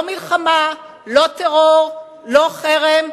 לא מלחמה, לא טרור, לא חרם.